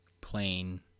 plain